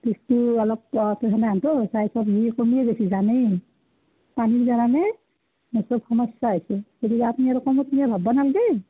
জানেই পানীৰ কাৰণে সমস্যা হৈছে গতিকে আপুনি আৰু কমত নালাগে